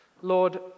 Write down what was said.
Lord